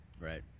Right